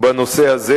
בנושא הזה,